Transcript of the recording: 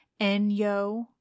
Enyo